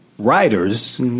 Writers